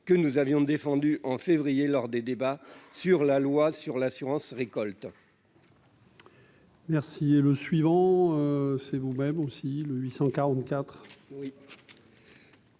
que nous avions défendu en février lors des débats sur la loi sur l'assurance-récolte. Merci et le suivant, c'est vous-même aussi, le 800